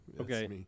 okay